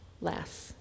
less